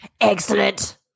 Excellent